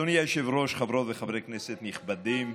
אדוני היושב-ראש, חברות וחברי כנסת נכבדים,